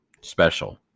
special